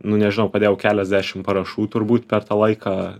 nu nežinau padėjau keliasdešim parašų turbūt per tą laiką